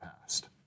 past